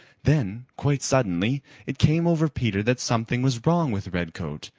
then quite suddenly it came over peter that something was wrong with redcoat,